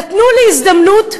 נתנו לי הזדמנות,